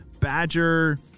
badger